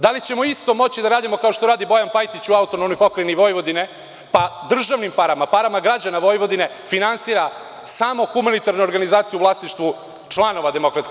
Da li ćemo isto moći da radimo, kao što radi Bojan Pajtić u AP Vojvodini, pa državnim parama, parama građana Vojvodine finansira samo humanitarnu organizaciju u vlasništvu članova DS?